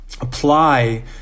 apply